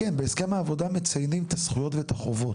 בהסכם העבודה אתם מציינים את הזכויות והחובות,